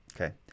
Okay